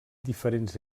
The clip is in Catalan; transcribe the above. diferents